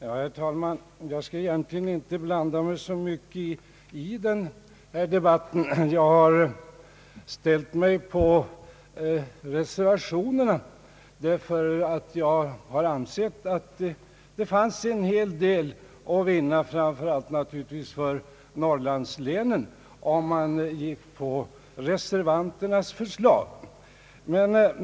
Herr talman! Jag hade egentligen inte tänkt att blanda mig i den här debatten. Jag har anslutit mig till reservanterna därför att jag har ansett att det fanns en hel del att vinna, framför allt naturligtvis för norrlandslänen, om reservanternas förslag bifölls.